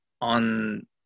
on